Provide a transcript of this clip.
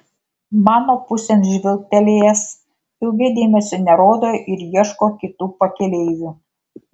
mano pusėn žvilgtelėjęs ilgai dėmesio nerodo ir ieško kitų pakeleivių